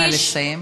נא לסיים.